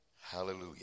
hallelujah